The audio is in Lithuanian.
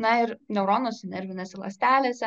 na ir neuronuose nervinėse ląstelėse